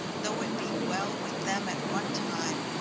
though it be well with them at one time,